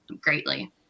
greatly